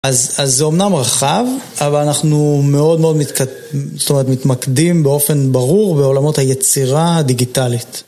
אז זה אומנם רחב, אבל אנחנו מאוד מאוד מתקד.. זאת אומרת מתמקדים באופן ברור בעולמות היצירה הדיגיטלית.